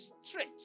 straight